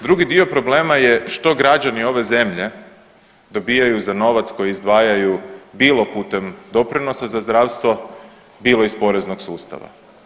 Drugi dio problema je što građani ove zemlje dobijaju za novac koji izdvajaju bilo putem doprinosa za zdravstvo, bilo iz poreznog sustava.